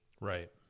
Right